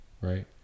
right